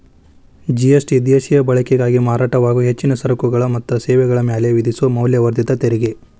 GST ದೇಶೇಯ ಬಳಕೆಗಾಗಿ ಮಾರಾಟವಾಗೊ ಹೆಚ್ಚಿನ ಸರಕುಗಳ ಮತ್ತ ಸೇವೆಗಳ ಮ್ಯಾಲೆ ವಿಧಿಸೊ ಮೌಲ್ಯವರ್ಧಿತ ತೆರಿಗಿ